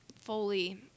fully